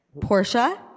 Portia